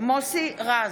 מוסי רז,